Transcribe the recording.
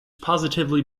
positively